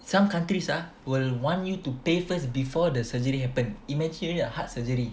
some countries ah will want you to pay first before the surgery happen imagine right a heart surgery